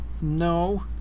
No